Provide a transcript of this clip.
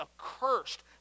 accursed